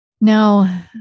Now